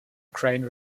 crane